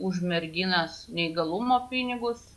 už merginas neįgalumo pinigus